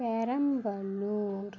Perambalur